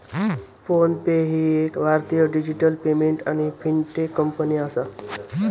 phone पे ही एक भारतीय डिजिटल पेमेंट आणि फिनटेक कंपनी आसा